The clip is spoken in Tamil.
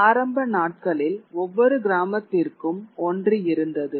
ஆரம்ப நாட்களில் ஒவ்வொரு கிராமத்திற்கும் ஒன்று இருந்தது